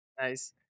Nice